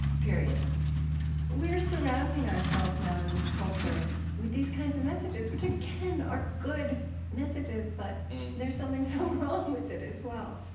we're surrounding ourselves now in this culture with these kinds of messages, which, again, are good messages, but there's something so wrong with it as well